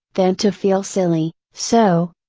than to feel silly, so,